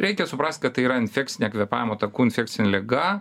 reikia suprast kad tai yra infekcinė kvėpavimo takų infekcinė liga